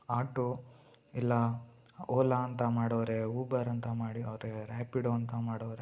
auto ಇಲ್ಲ ಓಲಾ ಅಂತ ಮಾಡವ್ರೆ ಊಬರ್ ಅಂತ ಮಾಡಿ ಅವರೆ ರ್ಯಾಪಿಡೋ ಅಂತ ಮಾಡವರೆ